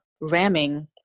ramming